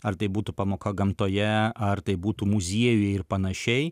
ar tai būtų pamoka gamtoje ar tai būtų muziejuj ir panašiai